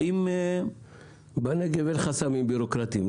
האם --- בנגב אין חסמים בירוקרטיים.